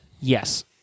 Yes